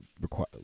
require